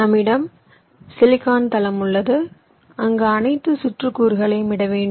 நம்மிடம் சிலிக்கான் தளம் உள்ளது அங்கு அனைத்து சுற்று கூறுகளையும் இட வேண்டும்